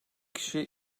kişiye